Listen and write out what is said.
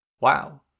Wow